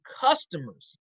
customers